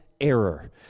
error